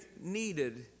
needed